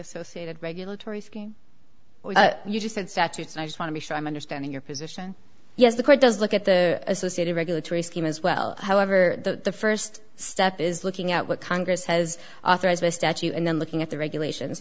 associated regulatory scheme you just said statute and i just want to be sure i'm understanding your position yes the court does look at the associated regulatory scheme as well however the first step is looking at what congress has authorized by statute and then looking at the regulations